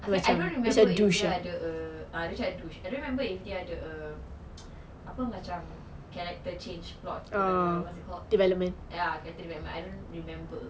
I don't remember if dia ada err actually I do I don't remember if dia ada err apa macam character change plot whatever what is it called ya character development I don't remember